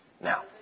Now